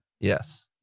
Yes